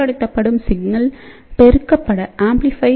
பண்படுத்தப்படும் signal பெருக்கப்பட வேண்டியவை